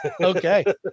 okay